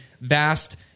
vast